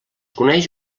coneix